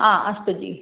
हा अस्तु जि